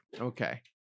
okay